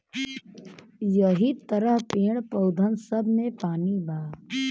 यहि तरह पेड़, पउधन सब मे पानी बा